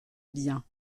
bien